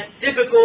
difficult